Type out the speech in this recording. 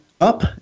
up